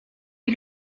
est